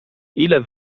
ile